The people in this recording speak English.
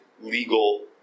legal